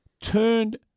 turned